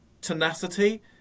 tenacity